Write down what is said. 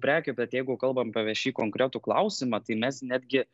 prekių bet jeigu kalbam apie ve šį konkretų klausimą tai mes netgi